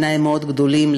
בעיני מאוד גדולים,